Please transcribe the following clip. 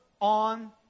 on